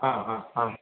हां हां हां